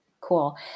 Cool